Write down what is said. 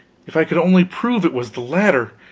if i could only prove it was the latter!